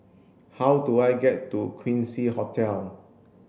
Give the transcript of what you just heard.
how do I get to Quincy Hotel